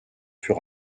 fut